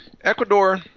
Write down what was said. Ecuador